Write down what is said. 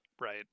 right